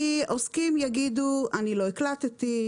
כי עוסקים יגידו: אני לא הקלטתי,